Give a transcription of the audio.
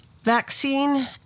vaccine